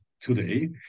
today